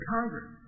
Congress